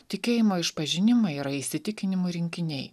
tikėjimo išpažinimai yra įsitikinimų rinkiniai